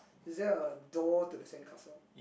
is there a door to the sand castle